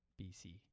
BC